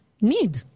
need